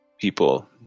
people